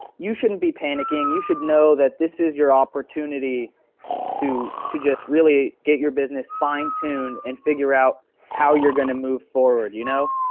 you shouldn't be panicking. you should know that this is your opportunity to to just really get your business fine-tuned and figure out how you're going to move forward you know.